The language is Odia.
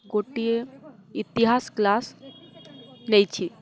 ଗୋଟିଏ ଇତିହାସ କ୍ଲାସ୍ ନେଇଛି